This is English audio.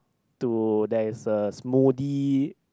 to there is a smoothly